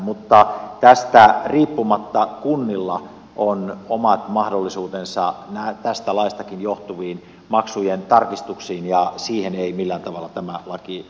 mutta tästä riippumatta kunnilla on omat mahdollisuutensa tästä laistakin johtuviin maksujen tarkistuksiin ja siihen ei millään tavalla tämä lakiesitys puutu